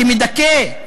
כמדכא,